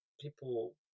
people